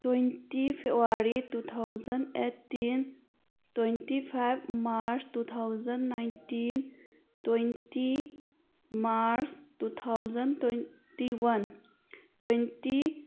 twenty February two thousand eighteen twenty five March two thousand nineteen twenty March two thousand twenty one twenty